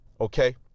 okay